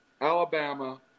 Alabama